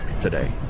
today